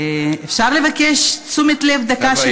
אפשר לבקש תשומת לב, דקה,